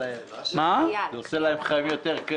זה עושה להם חיים יותר קלים.